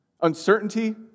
uncertainty